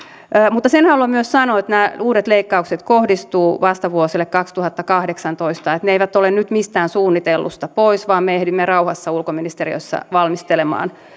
mutta sen haluan myös sanoa että nämä uudet leikkaukset kohdistuvat vasta vuosille kaksituhattakahdeksantoista niin että ne eivät ole nyt mistään suunnitellusta pois vaan me ehdimme rauhassa ulkoministeriössä valmistelemaan